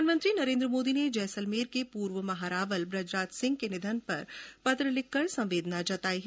प्रधानमंत्री नेरेन्द्र मोदी ने जैसलमेर के पूर्व महारावल बृजराज सिंह के निधन पर पत्र लिखकर संवेदना जताई है